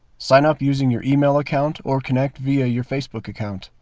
sign up using your email account or connect via your facebook account.